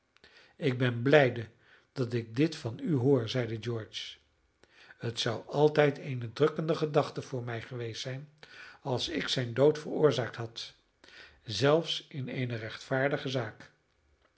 ik ben blijde dat ik dit van u hoor zeide george het zou altijd eene drukkende gedachte voor mij geweest zijn als ik zijn dood veroorzaakt had zelfs in eene rechtvaardige zaak